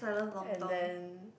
and then